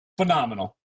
Phenomenal